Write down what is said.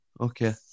Okay